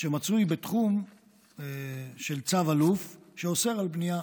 שמצוי בתחום של צו אלוף שאוסר על בנייה